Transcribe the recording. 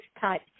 type